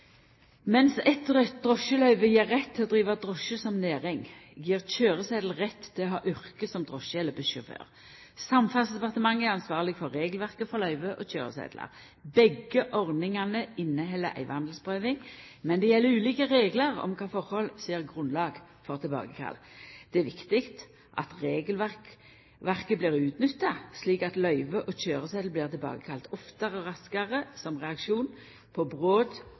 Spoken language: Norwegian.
rett til å driva drosje som næring, gjev køyresetelen rett til å ha yrke som drosje- eller bussjåfør. Samferdselsdepartementet er ansvarleg for regelverket for løyve og køyresetlar. Begge ordningane inneheld ei vandelsprøving, men det gjeld ulike reglar om kva forhold som gir grunnlag for tilbakekall. Det er viktig at regelverket blir utnytta, slik at løyve og køyresetel blir tilbakekalla oftare og raskare som reaksjon på